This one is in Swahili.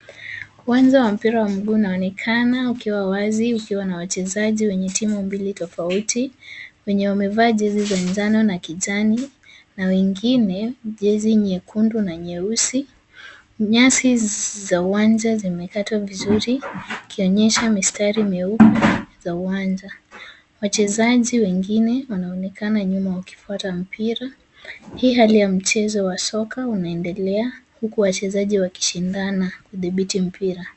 Uwanja wa mpira wa mguu unaonekana ukiwa wazi, ukiwa na wachezaji wenye timu mbili tofauti. Wenye wamevaa jezi za njano na kijani na wengine jezi nyekundu na nyeusi. Nyasi za uwanja zimekatwa vizuri, ikionyesha mistari meupe za uwanja. Wachezaji wengine wanaonekana nyuma wakifuata mpira. Hii hali ya mchezo wa soka unaendelea, huku wachezaji wakishindana kudhibiti mpira.